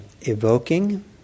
evoking